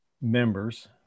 members